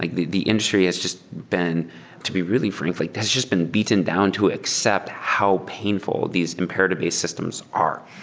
like the the industry is just been to be really frankly, has just been beaten down to accept how painful these imperative-based systems are.